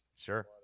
Sure